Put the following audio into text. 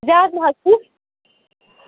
زیادٕ مہٕ حظ چھُس